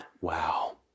wow